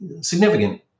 significant